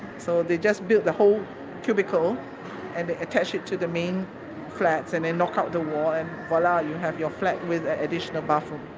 so they just build the whole cubicle and attach it to the main flats and they knock out the wall and voila you have your flat with additional bathroom.